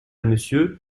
monsieur